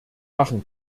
machen